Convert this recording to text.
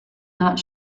not